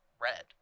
red